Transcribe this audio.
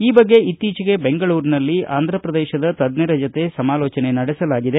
ಈ ಬಗ್ಗೆ ಇತ್ತೀಚೆಗೆ ಬೆಂಗಳೂರಿನಲ್ಲಿ ಆಂಧ್ರಪ್ರದೇಶದ ತಜ್ಞರ ಜತೆ ಸಮಾಲೋಚನೆ ನಡೆಸಲಾಗಿದೆ